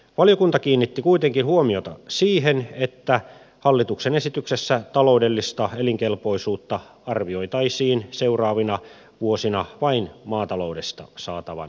valiokunta kiinnitti kuitenkin huomiota siihen että hallituksen esityksessä taloudellista elinkelpoisuutta arvioitaisiin seuraavina vuosina vain maataloudesta saatavan tulon pohjalta